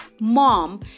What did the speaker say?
Mom